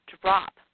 drop